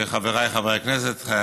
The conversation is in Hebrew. חבריי חברי הכנסת,